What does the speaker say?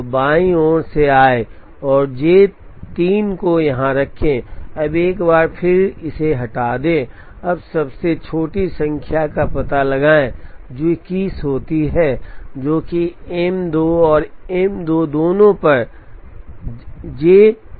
तो बाईं ओर से आएं और जे 3 को यहां रखें अब एक बार फिर इसे हटा दें अब सबसे छोटी संख्या का पता लगाएं जो 21 होती है जो कि एम 2 और एम 2 दोनों पर जे 2 के लिए है इसलिए टाई है